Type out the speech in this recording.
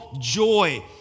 joy